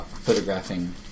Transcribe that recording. photographing